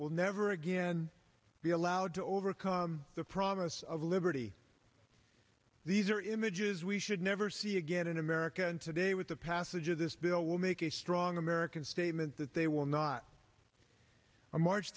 will never again be allowed to overcome the imus of liberty these are images we should never see again in america and today with the passage of this bill will make a strong american statement that they will not a march